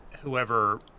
whoever